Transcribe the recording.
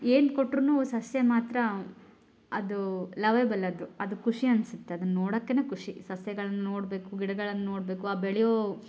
ಏನು ಕೊಟ್ಟರೂನು ಸಸ್ಯ ಮಾತ್ರ ಅದು ಲವೇಬಲ್ ಅದು ಅದು ಖುಷಿ ಅನ್ನಿಸುತ್ತೆ ಅದನ್ನ ನೋಡೋಕ್ಕೇನೆ ಖುಷಿ ಸಸ್ಯಗಳನ್ನ ನೋಡಬೇಕು ಗಿಡಗಳನ್ನ ನೋಡಬೇಕು ಆ ಬೆಳೆಯೋ